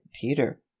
Peter